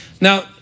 Now